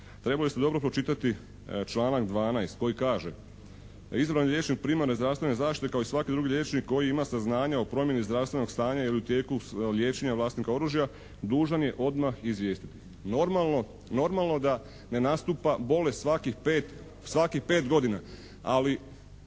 Trebali ste dobro pročitati članak 12. koji kaže: "Izabrani liječnik primarne zdravstvene zaštite kao i svaki drugi liječnik koji ima saznanja o promjeni zdravstvenog stanja ili u tijeku liječenja vlasnika oružja dužan je odmah izvijestiti." Normalno da ne nastupa bolest svakih 5 godina, ali